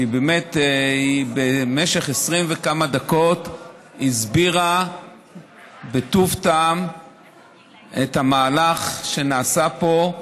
כי במשך 20 וכמה דקות היא הסבירה בטוב טעם את המהלך שנעשה פה,